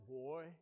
boy